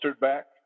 back